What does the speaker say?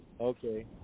okay